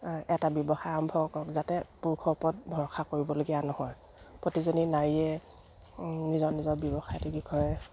এটা ব্যৱসায় আৰম্ভ কৰক যাতে পুৰুষৰ ওপৰত ভৰষা কৰিবলগীয়া নহয় প্ৰতিজনী নাৰীয়ে নিজৰ নিজৰ ব্যৱসায়টোৰ বিষয়ে